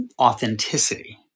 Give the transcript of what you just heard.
authenticity